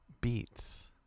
beats